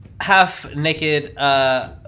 Half-naked